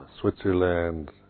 Switzerland